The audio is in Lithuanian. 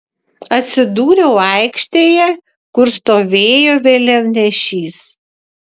atsidūriau aikštėje kur stovėjo vėliavnešys